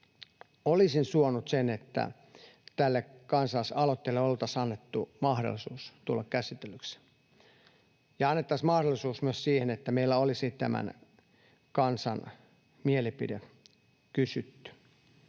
olisin suonut sen, että tälle kansalaisaloitteelle oltaisiin annettu mahdollisuus tulla käsitellyksi ja annettaisiin mahdollisuus myös siihen, että meillä olisi tämän kansan mielipide kysytty.